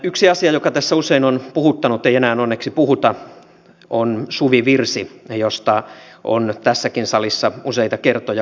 yksi asia joka tässä usein on puhuttanut ei enää onneksi puhuta on suvivirsi josta on tässäkin salissa useita kertoja puhuttu